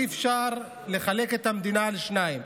אי-אפשר לחלק את המדינה לשניים,